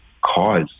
cause